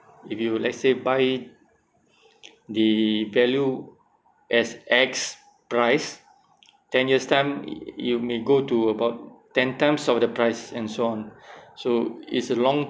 if you let's say buy the value as X price ten years time you may go to about ten times of the price and so on so it's a long